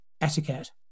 etiquette